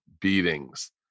beatings